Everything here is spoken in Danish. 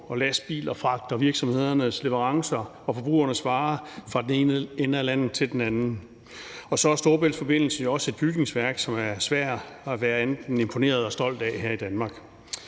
og lastbiler fragter virksomhedernes leverancer og forbrugernes varer fra den ene ende af landet til den anden. Og så er Storebæltsforbindelsen jo også et bygningsværk, som det er svært at være andet end imponeret og stolt af her i Danmark.